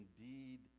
indeed